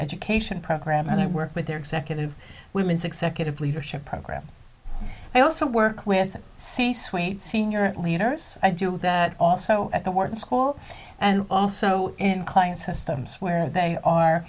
education program and i work with their executive women's executive leadership program i also work with c suite senior leaders i do that also at the wharton school and also in client systems where they are